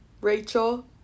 Rachel